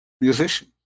Musician